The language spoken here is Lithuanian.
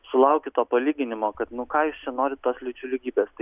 sulaukiu to palyginimo kad nu ką jūs čia norit tos lyčių lygybės tai